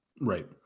Right